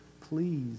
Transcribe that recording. please